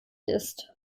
ist